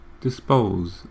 dispose